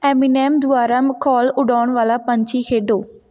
Eminem ਦੁਆਰਾ ਮਖੌਲ ਉਡਾਉਣ ਵਾਲਾ ਪੰਛੀ ਖੇਡੋ